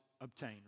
obtain